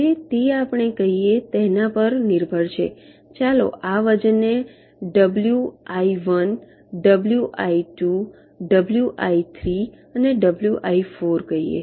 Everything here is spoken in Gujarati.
હવે તે આપણે કહીએ તેના પર નિર્ભર છે ચાલો આ વજનને W I 1 W I 2 W I 3 અને ડબ્લ્યુ આઈ 4 કહીએ